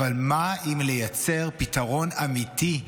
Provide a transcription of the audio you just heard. אבל מה עם לייצר פתרון אמיתי?